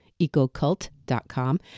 ecocult.com